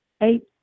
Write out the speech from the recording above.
eight